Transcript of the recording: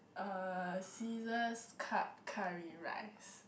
uh scissors cut curry rice